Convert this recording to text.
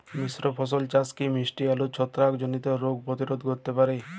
মিশ্র ফসল চাষ কি মিষ্টি আলুর ছত্রাকজনিত রোগ প্রতিরোধ করতে পারে?